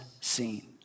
seen